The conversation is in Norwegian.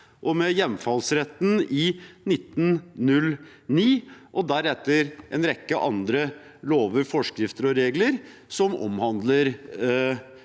med hjemfallsretten i 1909 og deretter en rekke andre lover, forskrifter og regler som omhandler